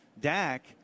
Dak